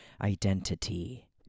identity